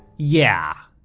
yeah,